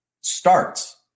starts